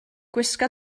gwisga